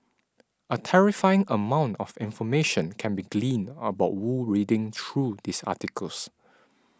a terrifying amount of information can be gleaned about Wu reading through these articles